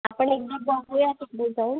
आपण एकदा बघूया तिकडे जाऊन